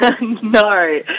No